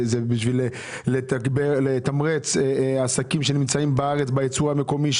כדי לתמרץ עסקים מקומיים בארץ בייצור המקומי,